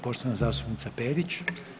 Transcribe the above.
Poštovana zastupnica Perić.